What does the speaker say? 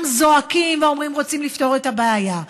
זועקים ואומרים: רוצים לפתור את הבעיה,